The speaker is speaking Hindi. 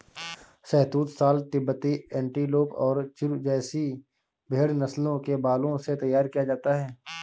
शहतूश शॉल तिब्बती एंटीलोप और चिरु जैसी भेड़ नस्लों के बालों से तैयार किया जाता है